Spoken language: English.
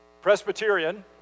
Presbyterian